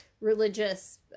religious